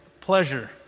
pleasure